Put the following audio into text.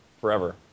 forever